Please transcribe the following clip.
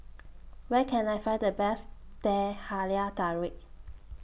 Where Can I Find The Best Teh Halia Tarik